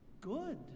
good